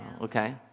Okay